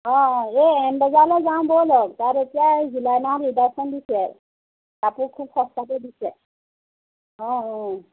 অ' এই এম বজাৰলৈ যাওঁ ব'লক তাত এতিয়া জুলাই মাহত ৰিডাকশ্যন দিছে কাপোৰ খুব সস্তাতে দিছে অ' অ'